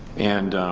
and